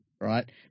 right